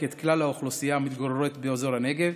את כלל האוכלוסייה המתגוררת באזור הנגב,